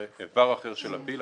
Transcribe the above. אבר אחר של הפיל,